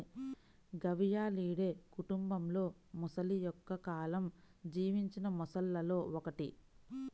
గవియాలిడే కుటుంబంలోమొసలి ఎక్కువ కాలం జీవించిన మొసళ్లలో ఒకటి